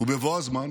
ובבוא הזמן